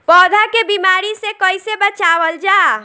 पौधा के बीमारी से कइसे बचावल जा?